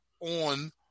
on